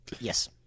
Yes